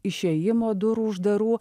išėjimo durų uždarų